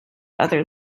other